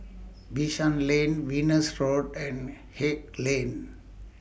Bishan Lane Venus Road and Haig Lane